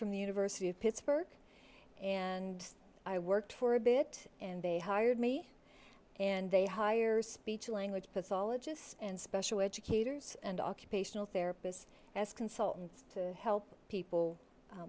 from the university of pittsburgh and i worked for a bit and they hired me and they hire speech language pathologists and special educators and occupational therapists as consultants to help people